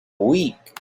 week